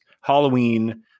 Halloween